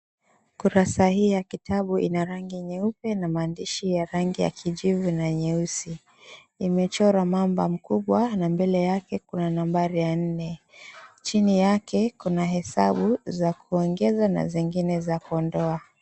Karatasi hii nyeupe ina maandishi ya rangi ya kijivu na nyeusi, imechorwa mamba mkubwa na mbele yake kuna nambari ya nne. Chini yake kuna hesabu za kuongeza na zingine za kuondoa.